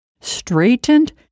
straightened